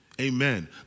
Amen